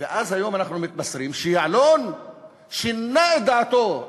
והיום אנחנו מתבשרים שיעלון שינה את דעתו.